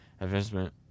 advancement